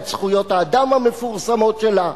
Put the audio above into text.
את זכויות האדם המפורסמות שלה.